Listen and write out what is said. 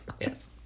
yes